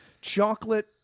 chocolate